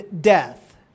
death